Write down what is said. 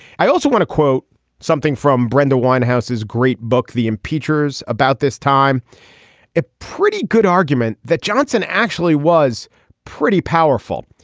i also want to quote something from brenda winehouse his great book the impeachment is about this time a pretty good argument that johnson actually was pretty powerful.